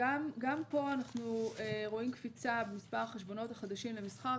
גם פה אנחנו רואים קפיצה במספר החשבונות החדשים למסחר.